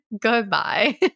goodbye